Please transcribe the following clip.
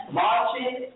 Marching